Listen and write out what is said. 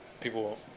People